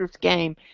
game